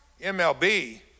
MLB